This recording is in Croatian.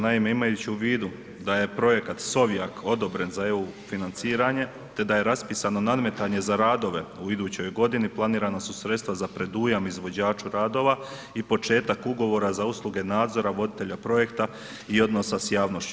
Naime, imajući u vidu da je projekat Sovjak odobren za EU financiranje te da je raspisano nadmetanje za radove u idućoj godini, planirana su sredstva za predujam izvođaču radova i početak ugovora za usluge nadzora voditelja projekta i odnosa s javnošću.